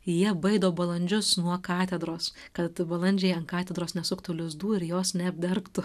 jie baido balandžius nuo katedros kad balandžiai ant katedros nesuktų lizdų ir jos neapdergtų